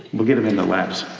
we'll get em in the labs.